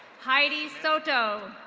heidi soto.